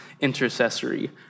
intercessory